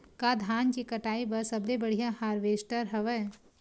का धान के कटाई बर सबले बढ़िया हारवेस्टर हवय?